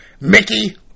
Mickey